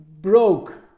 broke